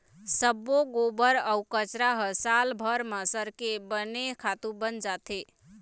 सब्बो गोबर अउ कचरा ह सालभर म सरके बने खातू बन जाथे